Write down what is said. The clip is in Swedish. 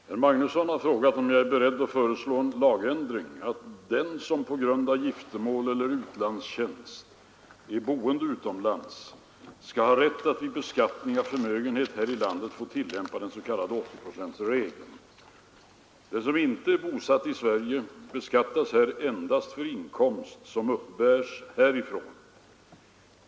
Herr talman! Herr Magnusson i Borås har frågat om jag är beredd att föreslå en sådan lagändring att den som på grund av giftermål eller utlandstjänst är boende utomlands skall ha rätt att vid beskattning av förmögenhet här i landet få tillämpa den s.k. 80-procentsregeln. Den som inte är bosatt i Sverige beskattas här endast för inkomst som uppbärs härifrån.